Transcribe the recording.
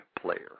player